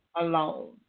alone